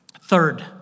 Third